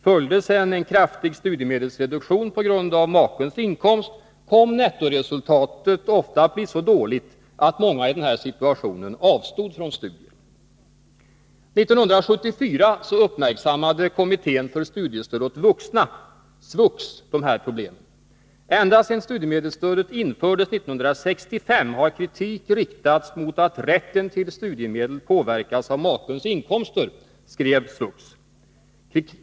Följde sedan en kraftig studiemedelsreduktion på grund av makens inkomst, kom nettoresultatet ofta att bli så dåligt att många i den situationen avstod från studier. År 1974 uppmärksammade kommittén för studiestöd åt vuxna, SVUX, dessa problem. ”Ända sedan studiemedelsstödet infördes 1965 har kritik riktats mot att rätten till studiemedel påverkats av makens inkomster” , skrev SVUX.